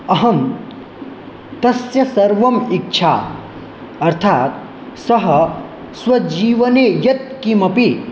अहं तस्य सर्वाम् इच्छाम् अर्थात् सः स्वजीवने यत्किमपि